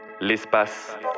L'espace